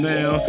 Now